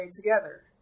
together